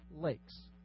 lakes